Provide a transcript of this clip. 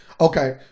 Okay